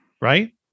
right